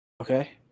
Okay